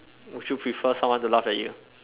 would you prefer someone to laugh at you